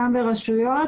גם ברשויות,